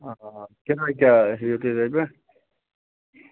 آ کِراے کیٛاہ ہیٚیِو تُہۍ تَتہِ پٮ۪ٹھ